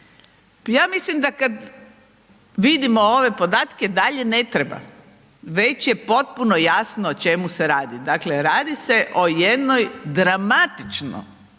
Ja mislim da kada vidimo ove podatke, dalje ne treba, već je potpuno jasno o čemu se radi. Dakle, radi se o jednoj dramatičnom